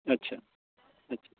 আচ্ছা আচ্ছা